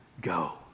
Go